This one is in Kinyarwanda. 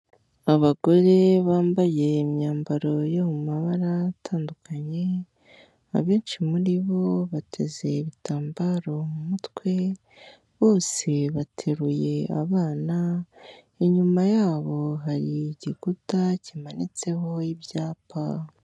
Abagore bambaye imyambaro yo mu mabara atandukanye, abenshi muri bo bateze ibitambaro mu mutwe, bose bateruye abana, inyuma yabo hari igikuta kimanitseho ibyapa.